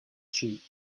cheek